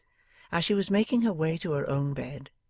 as she was making her way to her own bed,